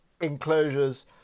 enclosures